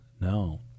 No